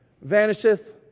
vanisheth